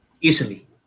easily